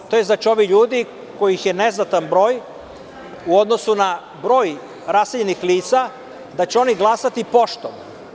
To znači da ovi ljudi, kojih je neznatan broj u odnosu na broj raseljenih lica, će glasati poštom.